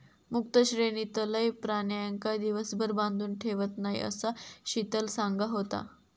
मुक्त श्रेणीतलय प्राण्यांका दिवसभर बांधून ठेवत नाय, असा शीतल सांगा होता